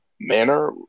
manner